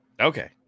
Okay